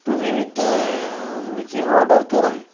तुमी बी तें मिशीन ऑर्डर कराय